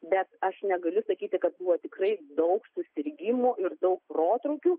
bet aš negaliu sakyti kad buvo tikrai daug susirgimų ir daug protrūkių